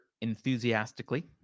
enthusiastically